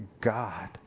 God